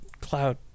cloud